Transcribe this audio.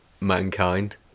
mankind